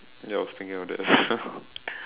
ya I was thinking of that as well